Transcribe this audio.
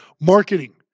marketing